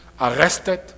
arrested